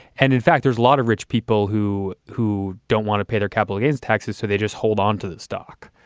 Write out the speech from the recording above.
and in fact, there's a lot of rich people who who don't want to pay their capital gains taxes. so they just hold onto that stock.